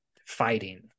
fighting